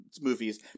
movies